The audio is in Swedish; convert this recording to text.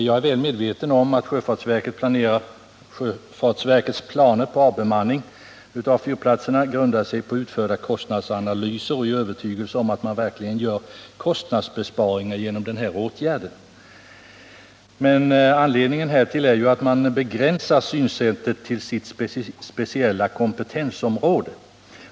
Jag är väl medveten om att sjöfartsverkets planer på avbemanning av fyrplatserna grundar sig på utförda kostnadsanalyser och övertygelse om att man verkligen gör kostnadsbesparingar genom åtgärden. Men anledningen härtill är ju att man begränsar synsättet till sitt speciella kompetensområde.